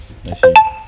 I see